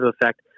effect